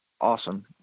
awesome